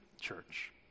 church